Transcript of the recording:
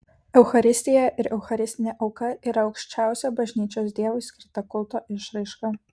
eucharistija ir eucharistinė auka yra aukščiausia bažnyčios dievui skirta kulto išraiška